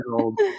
old